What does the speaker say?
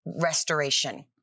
restoration